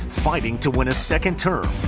fighting to win a second term.